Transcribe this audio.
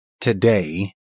today